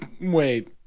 Wait